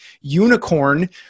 unicorn